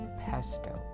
pesto